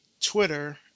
Twitter